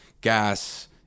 gas